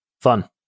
fun